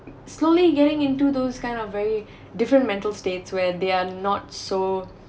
slowly getting into those kind of very different mental states where they're not so